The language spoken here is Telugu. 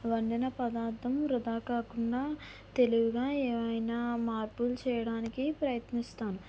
వండిన పదార్థం వృధా కాకుండా తెలివిగా ఏవైనా మార్పులు చేయడానికి ప్రయత్నిస్తాను